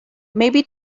maybe